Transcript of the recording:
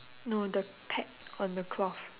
no the peg on the cloth